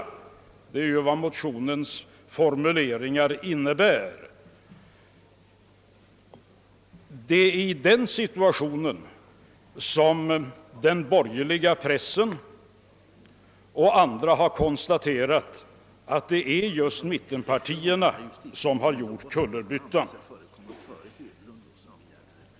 Detta är innebörden av motionsformuleringarna. Det är i denna situation som den borgerliga pressen och andra konstaterat att det är just mittenpartierna som gjort en kullerbytta.